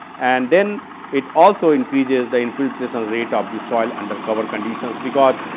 and then it also increases the infiltration rate of the soil undercover conditions because,